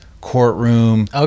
courtroom